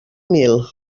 mil